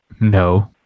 No